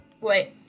Wait